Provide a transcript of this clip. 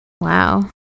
Wow